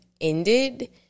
ended